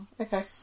Okay